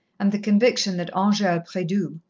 and the conviction that angele predoux,